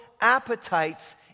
appetites